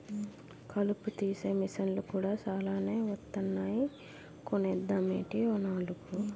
కలుపు తీసే మిసన్లు కూడా సాలానే వొత్తన్నాయ్ కొనేద్దామేటీ ఓ నాలుగు?